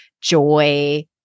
joy